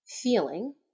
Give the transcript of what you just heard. feeling